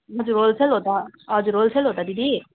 हजुर होलसेल हो त हजुर होलसेल हो त दिदी